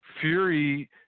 Fury